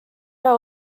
ära